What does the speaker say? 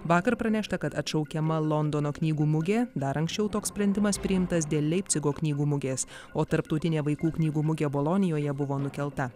vakar pranešta kad atšaukiama londono knygų mugė dar anksčiau toks sprendimas priimtas dėl leipcigo knygų mugės o tarptautinė vaikų knygų mugė bolonijoje buvo nukelta